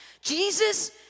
Jesus